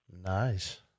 Nice